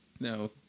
No